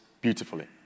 beautifully